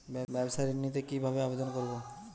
ব্যাবসা ঋণ নিতে কিভাবে আবেদন করব?